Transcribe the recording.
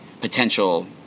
potential